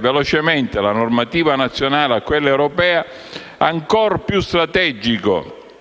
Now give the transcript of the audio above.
velocemente la normativa nazionale a quella europea, ancor più strategico,